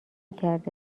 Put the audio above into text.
کرده